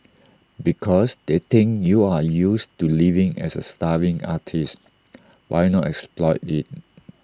because they think you're used to living as A starving artist why not exploit IT